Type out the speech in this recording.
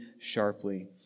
sharply